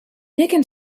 nicking